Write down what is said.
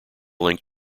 linked